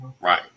Right